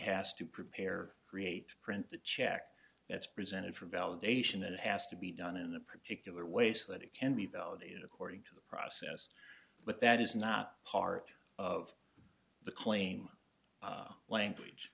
has to prepare create print the check it's presented for validation and it has to be done in a particular way so that it can be validated according to the process but that is not part of the claim language